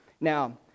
Now